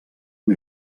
amb